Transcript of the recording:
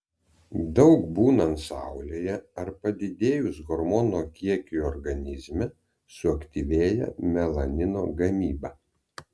daug būnant saulėje ar padidėjus hormonų kiekiui organizme suaktyvėja melanino gamyba